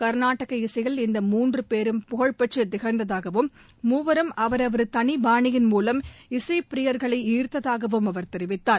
கர்நாடக இசையில் இந்த மூன்று பேரும் புகழ்பெற்று திகழ்ந்ததாகவும் மூவரும் அவரவர் தனி பாணியின் மூலம் இசைப் பிரியர்களை ஈர்த்ததாகவும் அவர் தெரிவித்தார்